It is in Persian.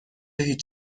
هیچ